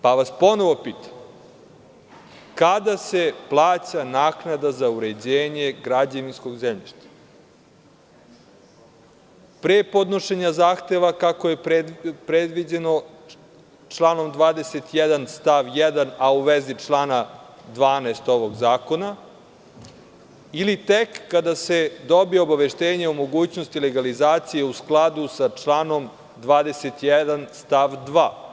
Ponovo vas pitam – kada se plaća naknada za uređenje građevinskog zemljišta, pre podnošenja zahteva, kako je predviđeno članom 21. stav 1. a u vezi člana 12. ovog zakona ili tek kada se dobije obaveštenje o mogućnosti legalizacije, u skladu sa članom 21. stav 2?